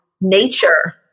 nature